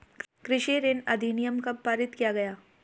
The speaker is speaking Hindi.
कृषि ऋण अधिनियम कब पारित किया गया?